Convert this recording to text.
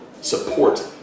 support